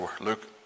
Luke